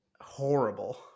Horrible